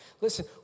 listen